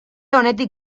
onetik